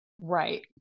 Right